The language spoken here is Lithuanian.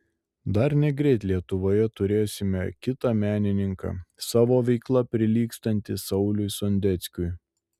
dar negreit lietuvoje turėsime kitą menininką savo veikla prilygstantį sauliui sondeckiui